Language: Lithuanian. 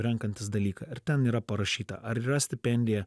renkantis dalyką ar ten yra parašyta ar yra stipendija